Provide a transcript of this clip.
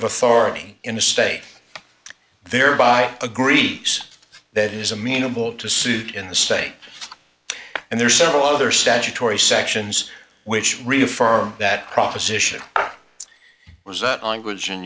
of authority in the state thereby a greek that is amenable to suit in the state and there are several other statutory sections which reaffirm that proposition was that